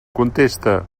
contesta